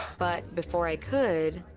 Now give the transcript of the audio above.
but before i could,